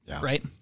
right